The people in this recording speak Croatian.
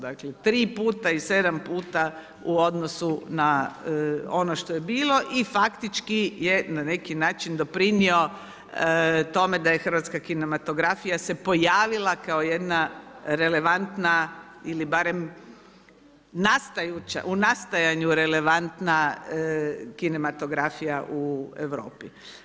Dakle 3 puta i 7 puta u odnosu na ono što je bilo i faktički je na neki način doprinio tome da hrvatska kinematografija se pojavila kao jedna relevantna ili barem u nastajanju relevantna kinematografija u Europi.